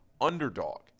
underdog